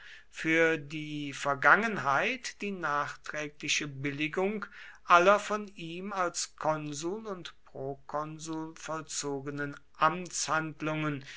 für die vergangenheit die nachträgliche billigung aller von ihm als konsul und prokonsul vollzogenen amtshandlungen